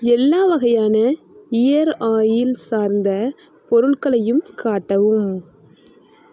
எல்லா வகையான ear oil சார்ந்த பொருள்களையும் காட்டவும்